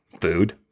food